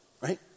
right